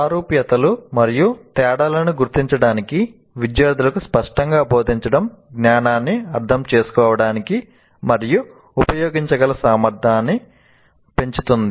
సారూప్యతలు మరియు తేడాలను గుర్తించడానికి విద్యార్థులకు స్పష్టంగా బోధించడం జ్ఞానాన్ని అర్థం చేసుకోవడానికి మరియు ఉపయోగించగల సామర్థ్యాన్ని పెంచుతుంది